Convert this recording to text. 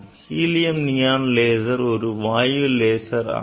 helium neon laser ஒரு வாயு laser ஆகும்